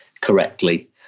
correctly